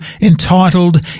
entitled